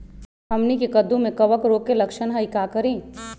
हमनी के कददु में कवक रोग के लक्षण हई का करी?